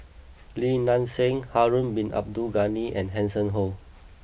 Lim Nang Seng Harun bin Abdul Ghani and Hanson Ho